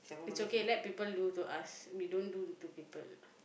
it's okay let's people do to us we don't do to people